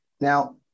Now